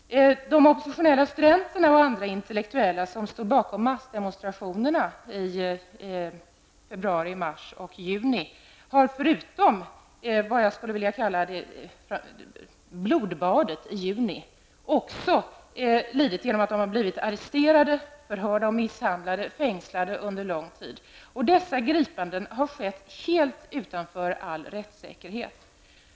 De oppositionella studenterna och andra intellektuella som stod bakom massdemonstrationerna i februari, mars och juni har förutom vad jag skulle vilja kalla blodbadet i juni också lidit genom att de har blivit arresterade, förhörda, misshandlade och fängslade under lång tid. Dessa gripanden har skett helt utanför all rättssäkerhet.